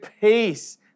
peace